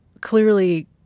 clearly